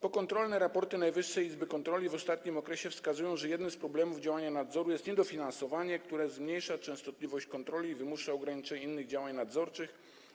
Pokontrolne raporty Najwyższej Izby Kontroli w ostatnim okresie wskazują, że jednym z problemów w zakresie działania nadzoru jest niedofinansowanie, które zmniejsza częstotliwość kontroli i wymusza ograniczenie innych działań nadzorczych.